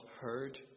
heard